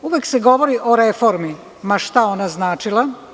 Uvek se govori o reformi, ma šta ona značila.